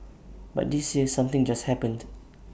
but this year something just happened